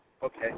Okay